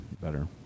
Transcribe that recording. Better